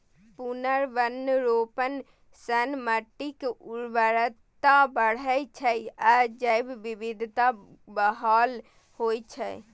पुनर्वनरोपण सं माटिक उर्वरता बढ़ै छै आ जैव विविधता बहाल होइ छै